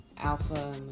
alpha